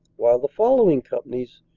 while the following companies,